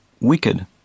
wicked